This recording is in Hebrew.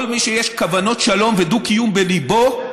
כל מי שיש כוונות שלום ודו-קיום בליבו,